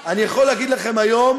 אני יכול לומר לכם היום,